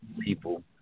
people